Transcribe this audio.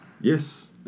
Yes